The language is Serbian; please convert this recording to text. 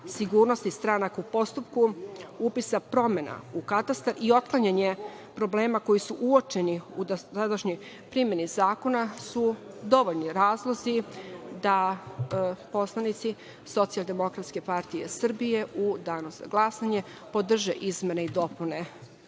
sigurnostistranaka u postupku, upisa promena u katastar i otklanjanje problema koji su uočeni u dosadašnjoj primeni zakona su dovoljni razlozi da poslanici SDPS u danu za glasanje podrže izmene i dopune